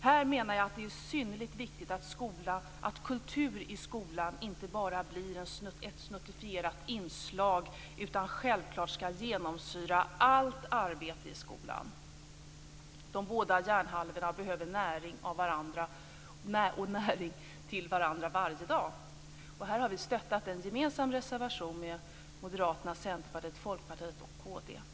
Här menar jag att det är synnerligen viktigt att kultur i skolan inte bara så att säga blir ett snuttifierat inslag, utan självklart skall kulturen genomsyra allt arbete i skolan. De båda hjärnhalvorna behöver få näring av och ge näring till varandra varje dag. Här stöttar vi en reservation som är gemensam för Moderaterna, Centerpartiet, Folkpartiet och Kristdemokraterna.